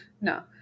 no